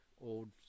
old